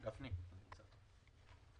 בבקשה.